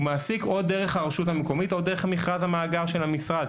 מעסיק דרך הרשות המקומית או דרך מכרז המאגר של המשרד.